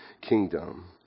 kingdom